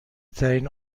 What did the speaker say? ترین